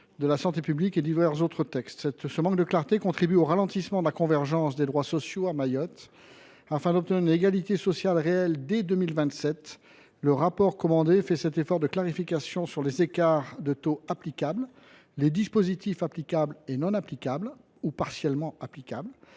de la santé publique et divers autres textes. Ce manque de clarté contribue au ralentissement de la convergence des droits sociaux à Mayotte. Afin d’obtenir une égalité sociale réelle dès 2027, le rapport demandé au travers de cet amendement devra clarifier les écarts de taux existants et les dispositifs applicables, non applicables ou partiellement applicables,